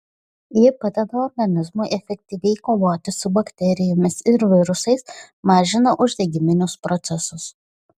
ji padeda organizmui efektyviai kovoti su bakterijomis ir virusais mažina uždegiminius procesus